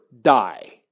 die